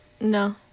No